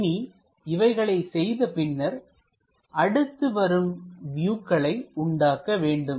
இனி இவைகளை செய்த பின்னர் அடுத்து வரும் வியூக்களை உண்டாக்க வேண்டும்